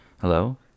Hello